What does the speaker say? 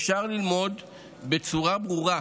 אפשר ללמוד בצורה ברורה